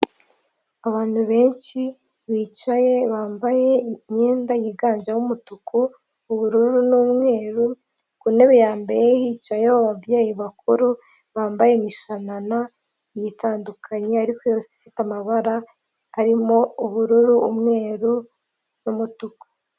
Abantu benshi bicaye bambaye imyenda yiganjemo umutuku, ubururu n'umweru, ku ntebe ya mbere hicayeho ababyeyi bakuru, bambaye imishanana, igiye itandukanye ariko yose ifite amabara arimo ubururu, umweru n' numutuku